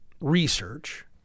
research